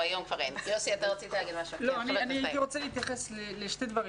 הייתי רוצה להתייחס לשני דברים.